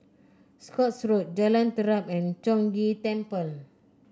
Scotts Road Jalan Terap and Chong Ghee Temple